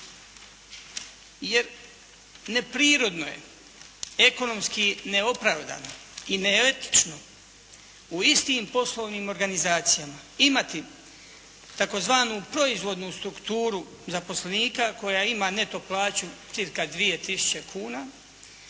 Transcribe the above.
Neprirodno je, ekonomski neopravdano i neetično u istim poslovnim organizacijama imati tzv. proizvodnu strukturu zaposlenika koja ima neto plaću cirka 2 tisuće